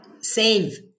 save